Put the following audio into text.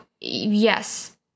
yes